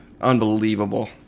Unbelievable